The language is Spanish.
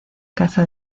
caza